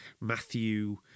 Matthew